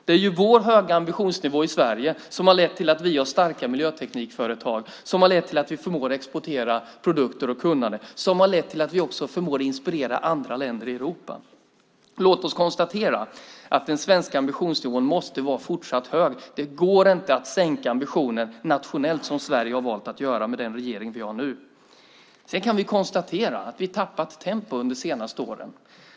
Det är ju vår höga ambitionsnivå i Sverige som har lett till att vi har starka miljöteknikföretag, som har lett till att vi förmår exportera produkter och kunnande, som har lett till att vi också förmår inspirera andra länder i Europa. Låt oss konstatera att den svenska ambitionsnivån måste vara fortsatt hög. Det går inte att sänka ambitionen nationellt, som Sverige har valt att göra med den regering vi nu har. Sedan kan vi konstatera att vi tappat tempo under de senaste åren.